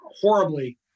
horribly